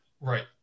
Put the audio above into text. Right